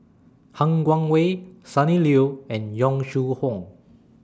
Han Guangwei Sonny Liew and Yong Shu Hoong